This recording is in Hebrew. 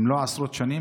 אם לא עשרות שנים,